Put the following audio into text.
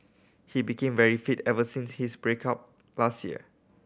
he became very fit ever since his break up last year